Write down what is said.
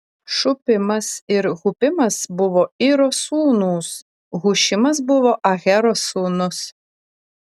šupimas ir hupimas buvo iro sūnūs hušimas buvo ahero sūnus